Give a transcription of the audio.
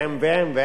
קנסות וכו',